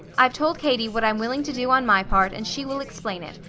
i've told katie what i'm willing to do on my part and she will explain it,